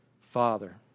father